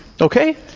Okay